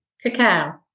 Cacao